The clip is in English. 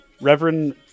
Reverend